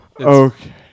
Okay